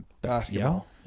Basketball